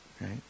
Right